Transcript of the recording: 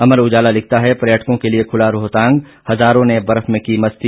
अमर उजाला लिखता है पर्यटकों के लिए खुला रोहतांग हजारों ने बर्फ में की मस्ती